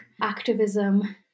activism